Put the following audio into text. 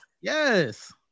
Yes